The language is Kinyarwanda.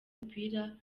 umupira